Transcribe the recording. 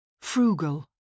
Frugal